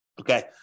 Okay